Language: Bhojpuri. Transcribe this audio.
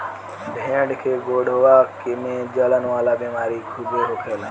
भेड़ के गोड़वा में जलन वाला बेमारी खूबे होखेला